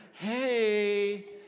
Hey